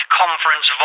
conference